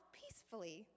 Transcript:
peacefully